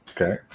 Okay